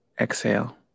Exhale